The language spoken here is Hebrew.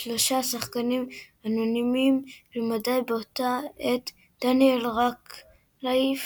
שלושה שחקנים אנונימיים למדי באותה עת – דניאל רדקליף,